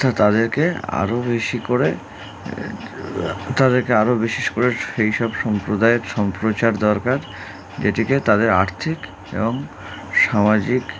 তো তাদেরকে আরও বেশি করে তাদেরকে আরও বিশেষ করে সেই সব সম্প্রদায়ের সম্প্রচার দরকার যেটিকে তাদের আর্থিক এবং সামাজিক